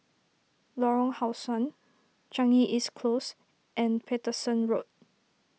Lorong How Sun Changi East Close and Paterson Road